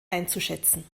einzuschätzen